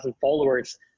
followers